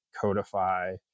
codify